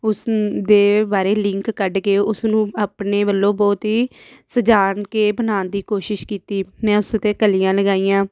ਉਸ ਨ ਦੇ ਬਾਰੇ ਲਿੰਕ ਕੱਢ ਕੇ ਉਸਨੂੰ ਆਪਣੇ ਵੱਲੋਂ ਬਹੁਤ ਹੀ ਸਜਾਣ ਕੇ ਬਣਾਉਣ ਦੀ ਕੋਸ਼ਿਸ਼ ਕੀਤੀ ਮੈਂ ਉਸ 'ਤੇ ਕਲੀਆਂ ਲਗਾਈਆਂ